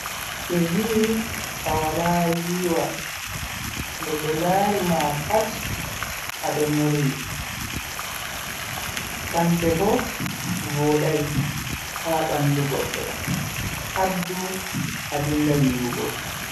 Be vi a wala yiwa nde be lari ma pat ado nyorwi. Champe bo vodai ha bandu goddo. Habdu a dinga yiwugo.